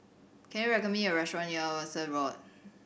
can you me a restaurant near Rosyth Road